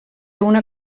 una